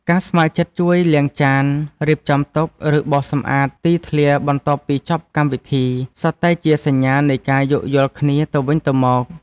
ការស្ម័គ្រចិត្តជួយលាងចាន រៀបចំតុ ឬបោសសម្អាតទីធ្លាបន្ទាប់ពីចប់កម្មវិធី សុទ្ធតែជាសញ្ញានៃការយោគយល់គ្នាទៅវិញទៅមក។